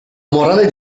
morale